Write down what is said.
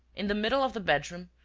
in the middle of the bedroom,